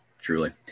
Truly